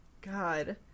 God